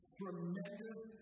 tremendous